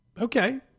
Okay